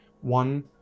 one